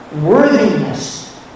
worthiness